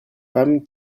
femmes